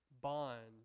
bond